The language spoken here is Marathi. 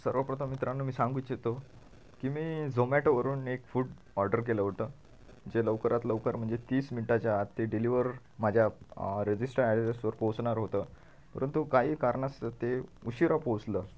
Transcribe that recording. सर्वप्रथम मित्रांनो मी सांगू इच्छितो की मी झोमॅटोवरून एक फूड ऑर्डर केलं होतं जे लवकरात लवकर म्हणजे तीस मिनिटाच्या आत ते डिलिवर माझ्या रजिस्टर्ड अॅड्रेसवर पोचणार होतं परंतु काही कारणास ते उशिरा पोचलं